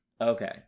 Okay